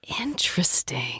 Interesting